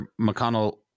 McConnell